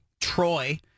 Troy